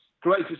Great